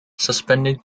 suspended